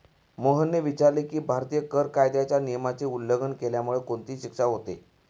मोहनने विचारले की, भारतीय कर कायद्याच्या नियमाचे उल्लंघन केल्यामुळे कोणती शिक्षा होते?